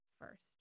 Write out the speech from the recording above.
first